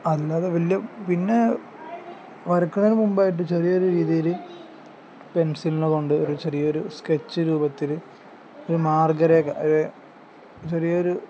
അല്ലാതെ വലിയ പിന്നെ വരക്കുന്നതിന് മുമ്പായിട്ട് ചെറിയൊരു രീതിയിൽ പെൻസിലിനെ കൊണ്ട് ഒരു ചെറിയൊരു സ്കെച്ച് രൂപത്തിൽ ഒരു മാർഗ്ഗരേഖ അത് ചെറിയൊരു